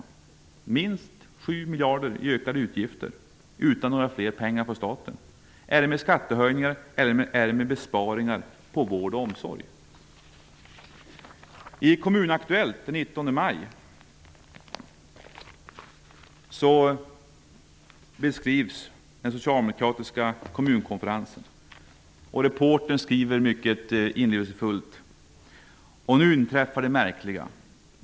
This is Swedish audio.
Det är fråga om minst 7 miljarder kronor i ökade utgifter utan mer pengar från staten. Skall det ske med hjälp av skattehöjningar eller med besparingar på vård och omsorg? I Kommunaktuellt den 19 maj finns en beskrivning av den socialdemokratiska kommunkonferensen. Reportern skriver inlevelsefullt: ''Och nu inträffar det märkliga.